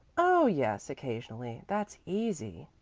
oh, yes, occasionally. that's easy.